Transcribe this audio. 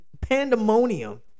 pandemonium